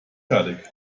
fertig